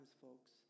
folks